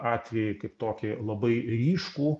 atvejį kaip tokį labai ryškų